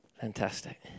Fantastic